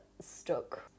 stuck